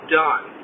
done